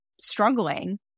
struggling